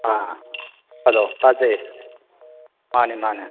ꯑꯥ hello ꯇꯥꯖꯩ ꯃꯥꯅꯦ ꯃꯥꯅꯦ